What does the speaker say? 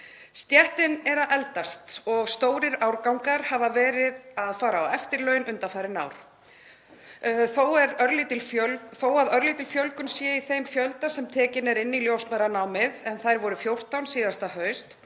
Stéttin er að eldast og stórir árgangar hafa verið að fara á eftirlaun undanfarin ár, þó að örlítil aukning sé í þeim fjölda sem tekinn er inn í ljósmæðranámið en hann var 14 síðasta haust.